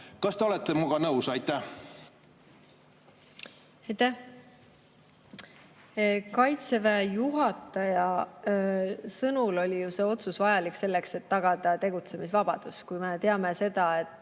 Kas te olete minuga nõus? Aitäh! Kaitseväe juhataja sõnul oli ju see otsus vajalik selleks, et tagada tegutsemisvabadus. Me teame seda, et